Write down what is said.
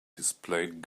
displayed